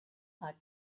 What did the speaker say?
are